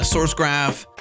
Sourcegraph